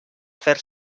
fer